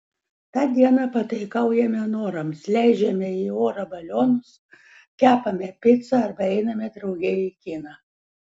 tą dieną pataikaujame norams leidžiame į orą balionus kepame picą arba einame drauge į kiną